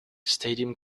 stadium